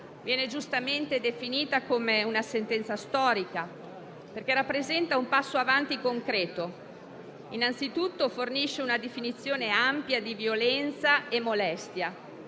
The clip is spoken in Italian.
viene giustamente definita come una sentenza storica perché rappresenta un passo avanti concreto. Innanzitutto fornisce una definizione ampia di violenza e molestia: